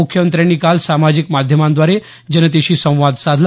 मुख्यमंत्र्यांनी काल सामाजिक माध्यमाद्वारे जनतेशी संवाद साधला